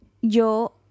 yo